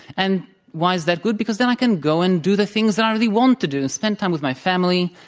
and why is that good? because then i can go and do the things that i really want to do spend time with my family,